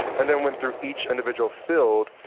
and then went through each individual field.